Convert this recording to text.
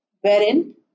wherein